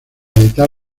editar